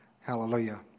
Hallelujah